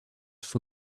for